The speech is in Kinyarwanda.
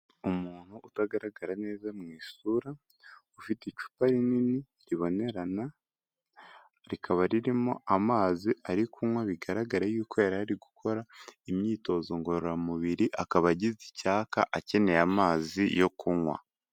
Umuntu utagaragara neza mu isura, ufite icupa rinini ribonerana; rikaba ririmo amazi ari kunywa, bigaragara yuko yari ari gukora imyitozo ngororamubiri, akaba agize icyaka akeneye amazi yo kunywa.